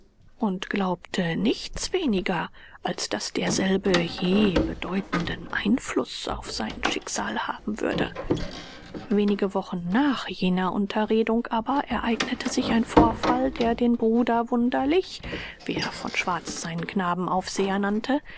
und glaubte nichts weniger als daß derselbe je bedeutenden einfluß auf sein schicksal haben würde wenige wochen nach jener unterredung aber ereignete sich ein vorfall der den bruder wunderlich wie herr von schwarz seinen knaben aufseher nannte